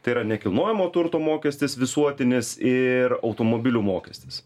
tai yra nekilnojamo turto mokestis visuotinis ir automobilių mokestis